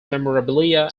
memorabilia